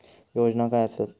योजना काय आसत?